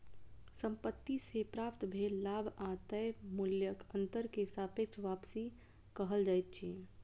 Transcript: संपत्ति से प्राप्त भेल लाभ आ तय मूल्यक अंतर के सापेक्ष वापसी कहल जाइत अछि